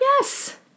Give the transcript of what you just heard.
Yes